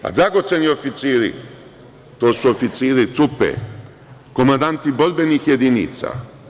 Dragoceni oficiri, to su oficiri trupe, komandanti borbenih jedinica.